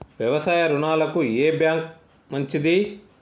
వ్యవసాయ రుణాలకు ఏ బ్యాంక్ మంచిది?